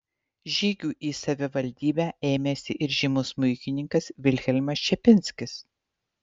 žygių į savivaldybę ėmėsi ir žymus smuikininkas vilhelmas čepinskis